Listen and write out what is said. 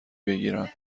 بگیرم